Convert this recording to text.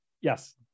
Yes